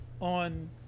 on